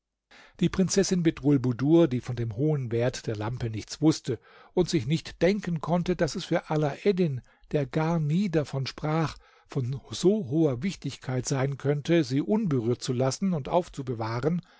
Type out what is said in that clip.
die prinzessin bedrulbudur die von dem hohen wert der lampe nichts wußte und sich nicht denken konnte daß es für alaeddin der gar nie davon sprach von so hoher wichtigkeit sein könnte sie unberührt zu lassen und aufzubewahren